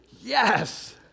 yes